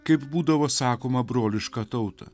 kaip būdavo sakoma brolišką tautą